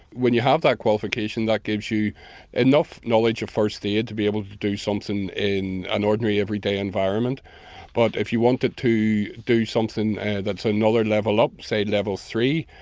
when you have that qualification that gives you enough knowledge of first aid to be able to do something in an ordinary everyday environment but if you wanted to do something that's another level up, say level three,